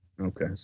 Okay